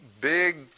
big